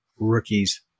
rookies